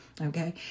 Okay